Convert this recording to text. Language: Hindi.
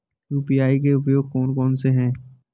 यू.पी.आई के उपयोग कौन कौन से हैं?